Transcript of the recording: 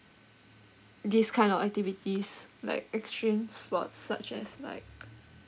this kind of activities like extreme sports such as like